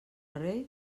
rei